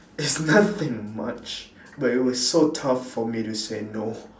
it's nothing much but it was so tough for me to say no